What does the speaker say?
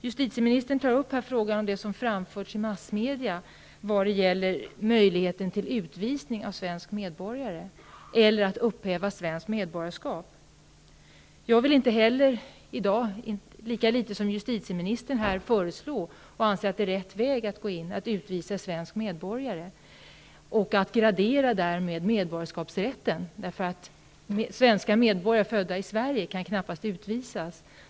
Justitieministern tar också upp den fråga som har framförts i massmedia, nämligen möjligheten att utvisa svensk medborgare eller att upphäva svenskt medborgarskap. Jag vill inte i dag, lika litet som justitieministern föreslå att svensk medborgare skall kunna utvisas, och jag anser inte heller att det är rätt. Det skulle också innebära en gradering av medborgarskapsrätten. Svenska medborgare födda i Sverige kan knappast utvisas.